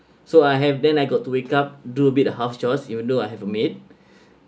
so I have then I got to wake up do bit the house jobs even though I have a maid